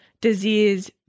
disease